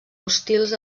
hostils